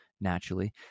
naturally